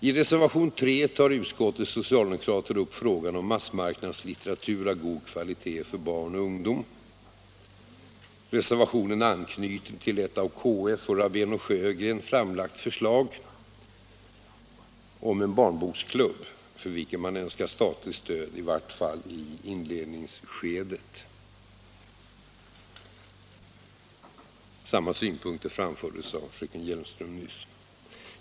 I reservationen 3 tar utskottets socialdemokrater upp frågan om massmarknadslitteratur av god kvalitet för barn och ungdom. Reservationen anknyter till ett av KF och Rabén & Sjögren framlagt förslag om en barnboksklubb, för vilken man i varje fall i inledningsskedet önskar statligt stöd. Fröken Hjelmström framförde liknande synpunkter i sitt anförande nyss.